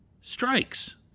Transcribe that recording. strikes